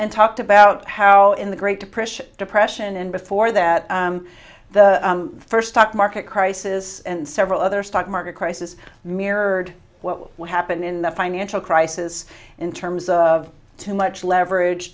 and talked about how in the great depression depression and before that the first stock market crisis and several other stock market crisis mirrored what happened in the financial crisis in terms of too much leverage